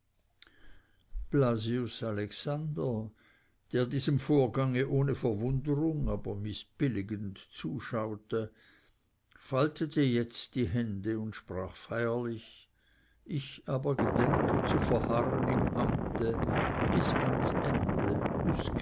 blasius alexander der diesem vorgange ohne verwunderung aber mißbilligend zuschaute faltete jetzt die hände und sprach feierlich ich aber gedenke zu verharren im amte bis ans ende